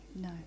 no